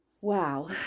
Wow